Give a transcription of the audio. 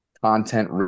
content